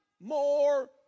more